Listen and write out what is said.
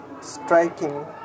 striking